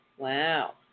Wow